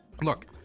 Look